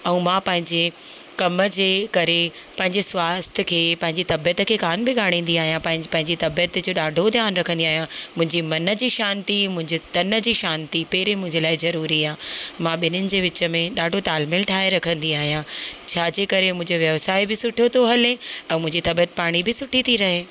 ऐं मां पंहिंजे कम जे करे पंहिंजे सवास्थ्य खे पंहिंजी तबीअत खे कोन बिगाड़ींदी आहियां पंहिंजी पंहिंजी तबीअत जो ॾाढो ध्यानु रखंदी आहियां मुंहिंजे मन जी शांती मुंहिंजे तन जी शांती पहिरियों मुंहिंजे लाइ ज़रूरी आहे मां ॿिन्हिनि जे विच में ॾाढो तालु मेलु ठाहे रखंदी आहियां छाजे करे मुंजो व्यवसाय बि सुठो थो हले ऐं मुंहिंजी तबीअत पाणी बि सुठी थी रहे